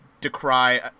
decry